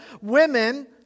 women